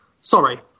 Sorry